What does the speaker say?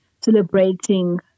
celebrating